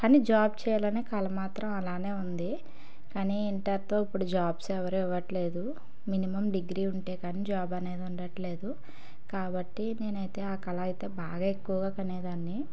కానీ జాబ్ చేయాలి అనే కల మాత్రం అలాగే ఉంది కానీ ఇంటర్తో ఇప్పుడు జాబ్స్ ఎవరు ఇవ్వట్లేదు మినిమం డిగ్రీ ఉంటే కానీ జాబ్ అనేది ఉండట్లేదు కాబట్టి నేనైతే ఆ కల అయితే బాగా ఎక్కువగా కనేదాన్ని